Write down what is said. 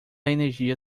energia